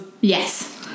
yes